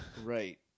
right